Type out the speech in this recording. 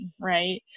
right